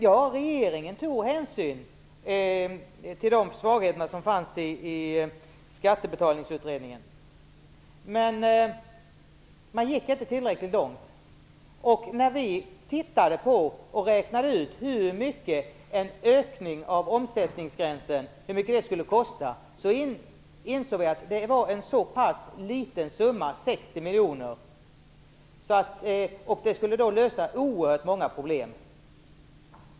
Ja, regeringen tog hänsyn till de svagheter som fanns i Skattebetalningsutredningen, men man gick inte tillräckligt långt. När vi räknade ut hur mycket en ökning av omsättningsgränsen skulle kosta insåg vi att det var en så pass liten summa, 60 miljoner, som skulle lösa oerhört många problem.